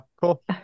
cool